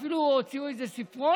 הוא אפילו הוציאו איזה ספרון,